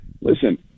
listen